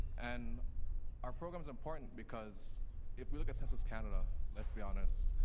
and our program is important because if we look at census canada, let's be honest,